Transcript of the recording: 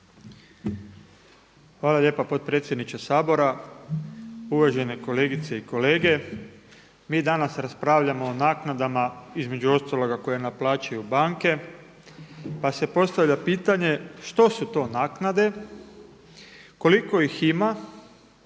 Hvala lijepa potpredsjedniče Sabora, uvažene kolegice i kolege. Mi danas raspravljamo o naknadama između ostaloga koje naplaćuju banke, pa se postavlja pitanje što su to naknade, koliko ih ima